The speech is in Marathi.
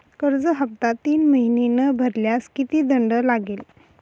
कर्ज हफ्ता तीन महिने न भरल्यास किती दंड लागेल?